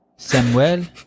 Samuel